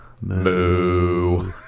Moo